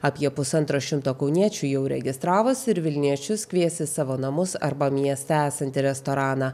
apie pusantro šimto kauniečių jau registravosi ir vilniečius kvies į savo namus arba mieste esantį restoraną